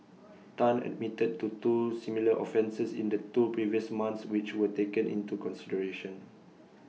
Tan admitted to two similar offences in the two previous months which were taken into consideration